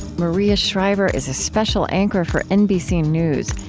maria shriver is a special anchor for nbc news.